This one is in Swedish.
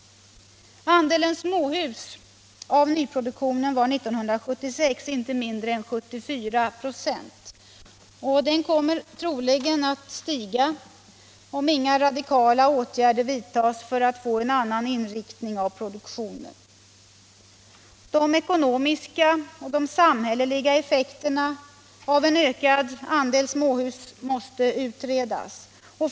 Andelen småhus av nyproduktionen var 1976 inte mindre än 74 96. Den kommer troligen att stiga, om inga radikala åtgärder vidtas för att få en annan inriktning av produktionen. De ekonomiska och samhälleliga effekterna av en ökad andel småhus borde utredas.